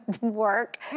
Work